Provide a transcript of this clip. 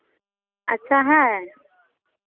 अच्छा है